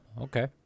Okay